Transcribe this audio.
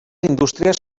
indústries